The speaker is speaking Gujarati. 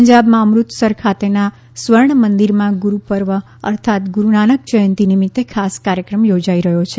પંજાબમાં અમૃતસર ખાતેના સ્વર્ણ મંદિરમાં ગુરૂ પર્વ અર્થાત ગુરૂનાનક જ્યંતિ નિમિત્તે ખાસ કાર્યક્રમ યોજાઈ રહ્યો છે